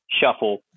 shuffle